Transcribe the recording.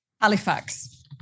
Halifax